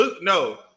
no